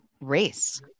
race